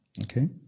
okay